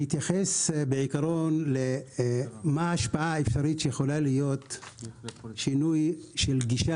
אני אתייחס למה ההשפעה האפשרית שיכולה להיות שינוי של גישה